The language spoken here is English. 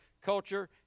culture